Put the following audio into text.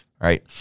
right